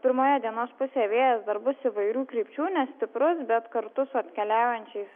pirmoje dienos pusėje vėjas dar bus įvairių krypčių nestiprus bet kartu su atkeliaujančiais